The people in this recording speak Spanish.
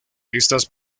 estas